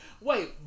Wait